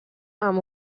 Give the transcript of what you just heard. amb